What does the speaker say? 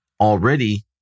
already